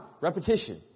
repetition